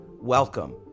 welcome